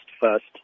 first